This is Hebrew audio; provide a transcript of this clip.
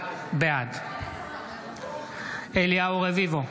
בעד אליהו רביבו,